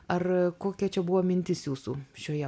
ar kokia čia buvo mintis jūsų šioje